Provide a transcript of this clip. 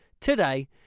today